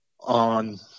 on